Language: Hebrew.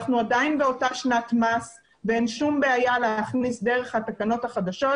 אנחנו עדיין באותה שנת מס ואין שום בעיה להכניס דרך התקנות החדשות